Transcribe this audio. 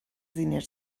diners